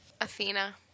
Athena